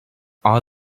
all